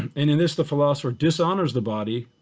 and in this, the philosopher dishonors the body.